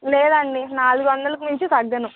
లేదండి నాలుగు వందలకు మించి తగ్గను